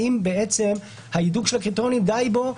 האם ההידוק של הקריטריונים די בו?